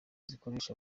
zikoresha